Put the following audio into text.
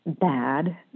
bad